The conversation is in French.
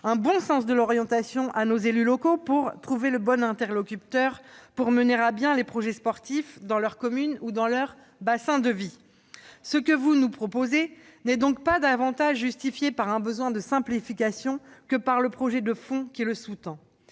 un bon sens de l'orientation pour trouver le bon interlocuteur et, ainsi, mener à bien les projets sportifs dans leur commune ou leur bassin de vie ! Ce que vous nous proposez n'est donc pas davantage justifié par un besoin de simplification que par le projet de fond qui le sous-tend